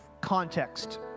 context